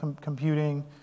computing